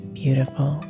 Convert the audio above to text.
beautiful